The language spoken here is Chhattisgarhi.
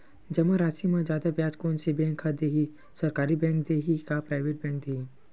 जमा राशि म जादा ब्याज कोन से बैंक ह दे ही, सरकारी बैंक दे हि कि प्राइवेट बैंक देहि?